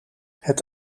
het